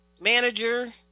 manager